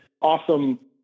awesome